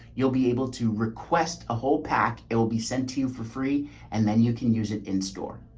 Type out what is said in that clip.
you'll be able to request a whole pack. it will be sent to you for free and then you can use it in store.